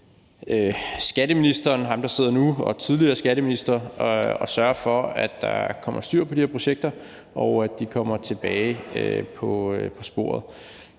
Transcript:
skatteministeren, ham, der sidder nu, og tidligere skatteministre, at sørge for, at der kommer styr på de projekter, og at de kommer tilbage på sporet.